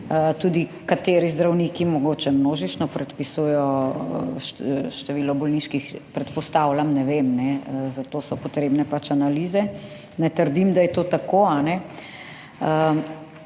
to, kateri zdravniki množično predpisujejo število bolniških, predpostavljam, ne vem, zato so pač potrebne analize. Ne trdim, da je to tako.